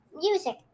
Music